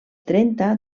trenta